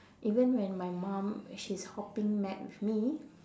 even when my mum when she's hopping mad with me